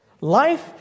Life